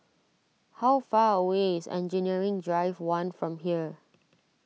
how far away is Engineering Drive one from here